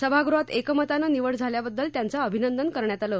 सभागृहात एकमतानं निवड झाल्याबद्दल त्यांचं अभिनंदन करण्यात आलं